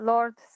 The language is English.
Lord